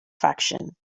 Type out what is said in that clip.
fraction